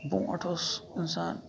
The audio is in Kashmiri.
برونٹھ اوس اِنسان